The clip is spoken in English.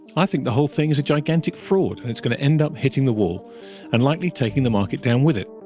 i think the whole thing is a gigantic fraud. and it's going to end up hitting the wall and likely taking the market down with it.